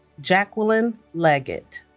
jacquelyn leggett